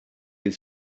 you